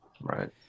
Right